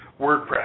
WordPress